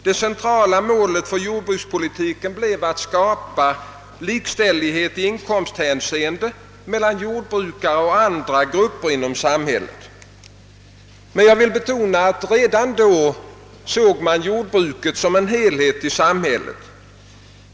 Det centrala målet för jordbrukspolitiken blev att skapa likställighet i inkomsthänseende mellan jordbrukare och andra grupper inom samhället. Jag vill emellertid betona att redan då såg man jordbruket som en helhet i samhället.